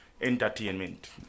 entertainment